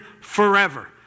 forever